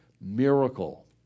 miracle